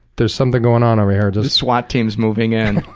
there's something going on over here. the swat team's moving in.